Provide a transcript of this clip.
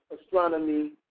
astronomy